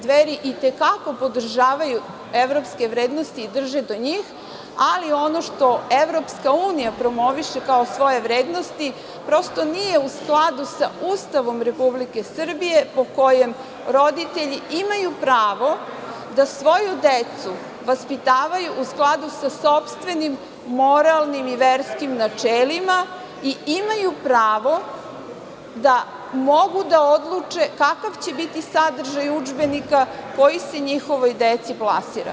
Dveri i te kako podržavaju evropski vrednosti i drže do njih, ali ono što EU promoviše kao svoje vrednosti, prosto nije u skladu sa Ustavom Republike Srbije, po kojem roditelji imaju pravo da svoju decu vaspitavaju u skladu sa sopstvenim moralnim i verskim načelima i imaju pravo da mogu da odluče kakav će biti sadržaj udžbenika, koji se njihovoj deci plasira.